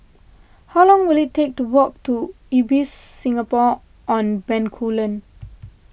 how long will it take to walk to Ibis Singapore on Bencoolen